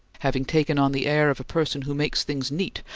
having taken on the air of a person who makes things neat,